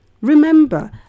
Remember